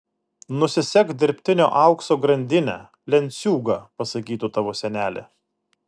nusisek dirbtinio aukso grandinę lenciūgą pasakytų tavo senelė